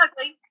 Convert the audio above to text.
ugly